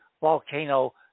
volcano